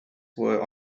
were